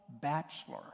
bachelor